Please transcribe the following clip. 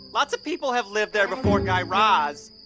lots of people have lived there before guy raz.